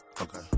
Okay